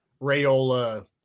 Rayola